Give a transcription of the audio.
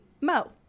Mo